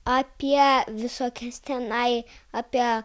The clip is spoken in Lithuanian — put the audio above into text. apie visokias tenai apie